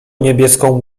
niebieską